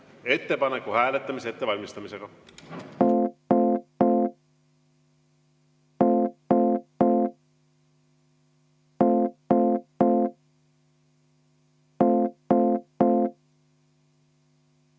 ettepaneku hääletamise ettevalmistamist.